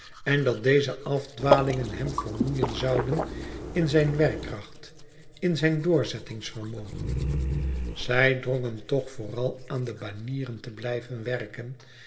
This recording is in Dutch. en dat deze afdwalingen hem vermoeien zouden in zijn werkkracht in zijn doorzettingsvermogen zij drong hem toch vooral aan de banieren te blijven werken